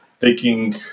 taking